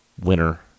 winner